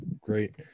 Great